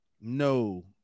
No